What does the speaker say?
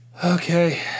Okay